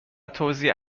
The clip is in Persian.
توزیع